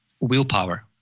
willpower